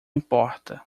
importa